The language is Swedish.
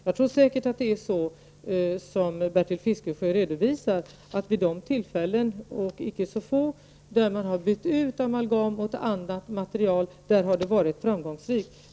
Jag tror säkert att det är så som Bertil Fiskesjö redovisar, att det vid de tillfällen -- icke så få -- där man har bytt ut amalgamet mot annat material har varit framgångsrikt.